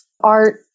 art